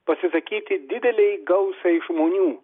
pasisakyti didelei gausai žmonių